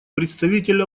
представитель